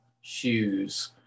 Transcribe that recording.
shoes